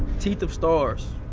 teeth of stars,